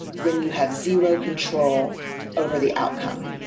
when you have zero control over the outcome.